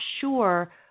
sure